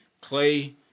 Clay